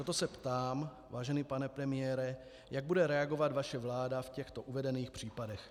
Proto se ptám, vážený pane premiére, jak bude reagovat vaše vláda v těchto uvedených případech.